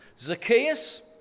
Zacchaeus